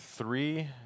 Three